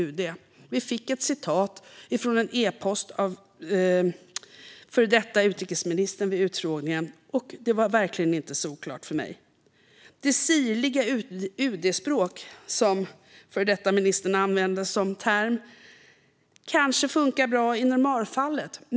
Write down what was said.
Vi fick vid utfrågningen ett citat från e-post av den före detta utrikesministern, och det var verkligen inte solklart för mig. Det sirliga UD-språket, som var den term som den före detta ministern använde, kanske funkar bra i normalfallet.